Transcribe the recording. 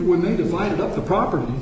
when they divide up the property